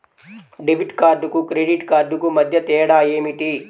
Debit కార్డుకు credit కార్డుకు మధ్య తేడా ఏమిటీ?